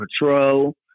patrol